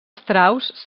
strauss